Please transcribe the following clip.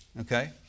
Okay